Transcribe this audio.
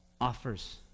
offers